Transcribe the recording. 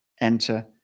enter